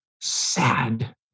sad